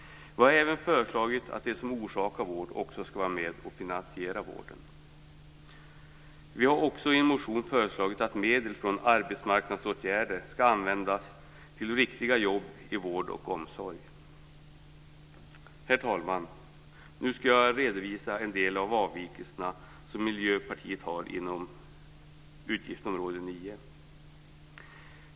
Vi har även föreslagit att också de som orsakar vård skall vara med och finansiera vården. Vi har vidare i en motion föreslagit att medel från arbetsmarknadsåtgärder skall användas till riktiga jobb i vård och omsorg. Herr talman! Nu skall jag redovisa de avvikelser som Miljöpartiet har inom utgiftsområde 9.